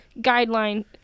guideline